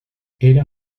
era